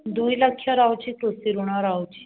ଦୁଇ ଲକ୍ଷ ରହୁଛି କୃଷି ଋଣ ରହୁଛି